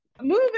moving